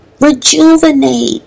Rejuvenate